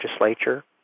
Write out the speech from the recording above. legislature